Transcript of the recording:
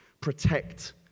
protect